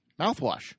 mouthwash